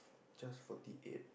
just forty eight